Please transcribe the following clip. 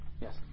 Yes